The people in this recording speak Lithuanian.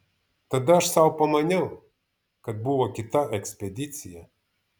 tada aš sau pamaniau kad buvo kita ekspedicija